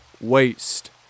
waste